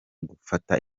gufata